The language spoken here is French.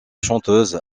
chanteuse